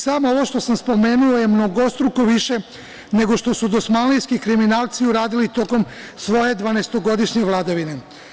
Samo ovo što sam spomenuo je mnogostruko više nego što su dosmanlijski kriminalci uradili tokom svoje dvanestogodišnje vladavine.